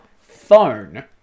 phone